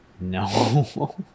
No